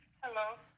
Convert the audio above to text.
Hello